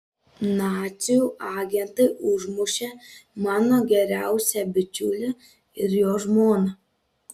nacių agentai užmušė mano geriausią bičiulį ir jo žmoną